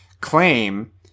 claim